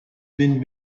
been